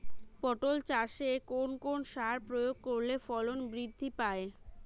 পটল চাষে কোন কোন সার প্রয়োগ করলে ফলন বৃদ্ধি পায়?